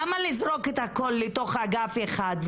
למה לזרוק את הכול לתוך אגף אחד?